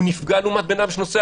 שנפגע לעומת בן אדם שנוסע